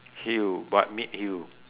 heel but mid heel